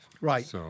right